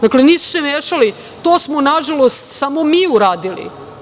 Dakle, nisu se mešali, to smo nažalost samo mi radili.